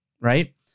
right